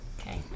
Okay